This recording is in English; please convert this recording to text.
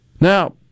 Now